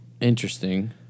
interesting